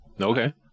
okay